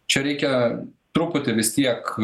čia reikia truputį vis tiek